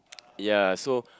ya so